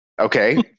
okay